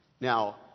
Now